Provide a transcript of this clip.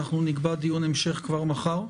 נקבע דיון המשך כבר מחר.